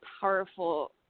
powerful